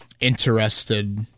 interested